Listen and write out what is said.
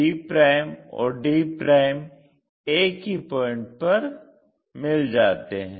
b और d एक ही पॉइंट पर मिल जाते हैं